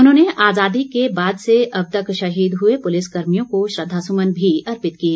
उन्होंनें आज़ादी के बाद से अब तक शहीद हुए पुलिस कर्मियों को श्रद्धासुमन भी अर्पित किए